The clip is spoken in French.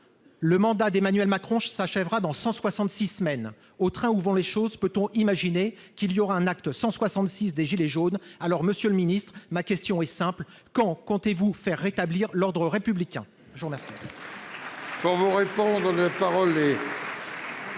Le mandat d'Emmanuel Macron s'achèvera dans 166 semaines. Au train où vont les choses, peut-on imaginer qu'il y aura un acte LCXVI des « gilets jaunes »? Monsieur le ministre, ma question est simple : quand comptez-vous faire rétablir l'ordre républicain ?